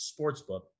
sportsbook